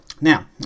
Now